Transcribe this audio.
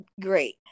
great